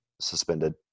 suspended